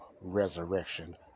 resurrection